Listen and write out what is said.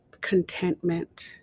contentment